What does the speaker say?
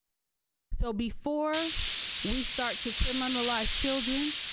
so before we start to criminalize children,